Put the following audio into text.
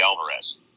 Alvarez